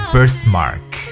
Birthmark